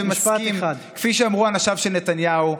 ומסכים: כפי שאמרו אנשיו של נתניהו,